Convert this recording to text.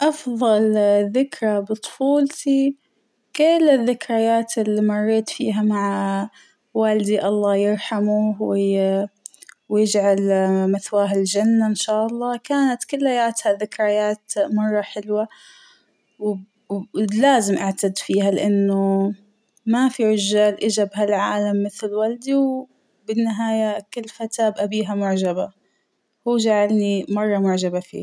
أفضل ذكرى بطفولتى ، كل الذكريات اللى مريت فيها مع والدى الله يرحمه وي - ويجعل مثواه الجنة إن شاء الله ، كانت كلياتها ذكريات مرة حلوة و و - لآزم أعتد فيها لأنه ما فى رجال إجى بها العالم مثل والدى ، وبالنهاية كل فتاة بأبيها معجبة ، هو جعلى مرة معجبة فيه.